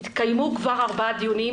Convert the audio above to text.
התקיימו כבר ארבעה דיונים,